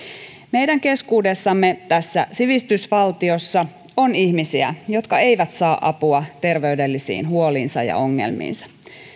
meidän keskuudessamme tässä sivistysvaltiossa on ihmisiä jotka eivät saa apua ter veydellisiin huoliinsa ja ongelmiinsa